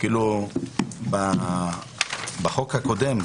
יש לנו עשרות אלפי משפחות שעוברות דרכנו,